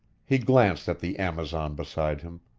he glanced at the amazon beside him.